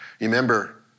Remember